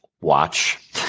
watch